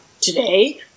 today